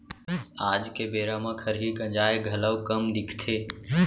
आज के बेरा म खरही गंजाय घलौ कम दिखथे